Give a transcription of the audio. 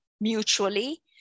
mutually